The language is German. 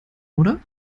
oder